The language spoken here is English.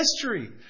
history